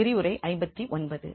விரிவுரை எண் 59